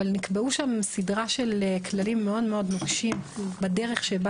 אבל נקבעה שם סדרת כללים מאוד מאוד נוקשים בדרך שבה